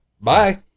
Bye